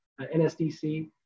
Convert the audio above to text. NSDC